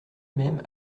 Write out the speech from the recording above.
même